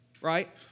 right